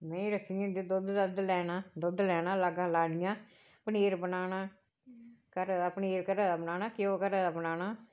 मेहीं रक्खी दियां दुद्ध दद्ध लैना दुद्ध लैना लागां लानियां पनीर बनाना घरै दा पनीर घरै दा बनाना घ्यौ घरै दा बनाना